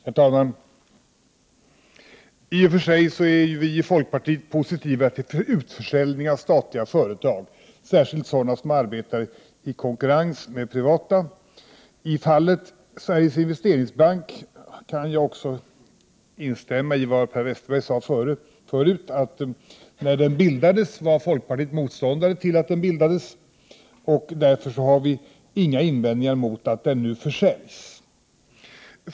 Herr talman! I och för sig är ju vi i folkpartiet positiva till utförsäljning av statliga företag, särskilt sådana som arbetar i konkurrens med privata. I fallet Sveriges Investeringsbank kan jag också instämma i vad Per Westerberg sade förut: När den bildades var folkpartiet motståndare till att den skulle bildas. Därför har vi inga invändningar mot att den nu försäljs.